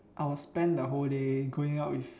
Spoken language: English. I will spend the whole day going out with